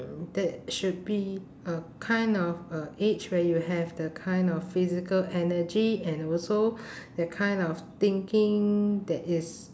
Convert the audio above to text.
um that should be a kind of a age where you have the kind of physical energy and also the kind of thinking that is